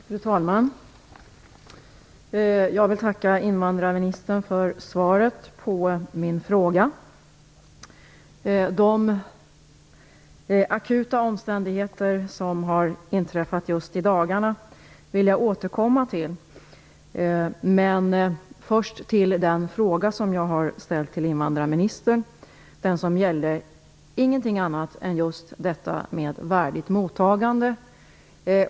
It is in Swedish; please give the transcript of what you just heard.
Fru talman! Jag vill tacka invandrarministern för svaret på min fråga. De akuta omständigheter som har inträffat just i dagarna vill jag återkomma till. Först gäller det dock den fråga som jag har ställt till invandrarministern. Min fråga gäller ingenting annat än principen om värdigt mottagande.